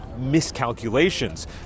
miscalculations